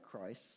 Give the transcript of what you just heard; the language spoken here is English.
Christ